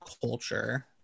culture